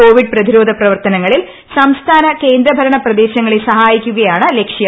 Covid പ്രതിരോധ പ്രവർത്തനങ്ങളിൽ സംസ്ഥാന കേന്ദ്രഭരണ പ്രദേശങ്ങളെ സഹായിക്കുകയാണ് ലക്ഷ്യം